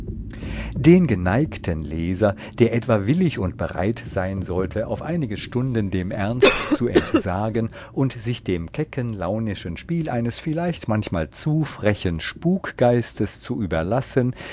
den geneigten leser der etwa willig und bereit sein sollte auf einige stunden dem ernst zu entsagen und sich dem kecken launischen spiel eines vielleicht manchmal zu frechen spukgeistes zu überlassen